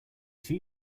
see